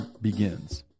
begins